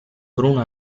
bruno